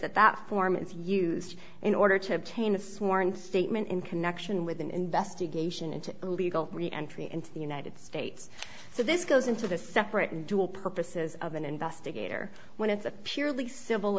that that form is used in order to obtain a sworn statement in connection with an investigation into illegal entry into the united states so this goes into the separate dual purposes of an investigator when it's a purely civil